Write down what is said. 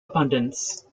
abundance